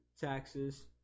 taxes